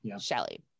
Shelly